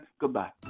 goodbye